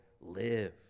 live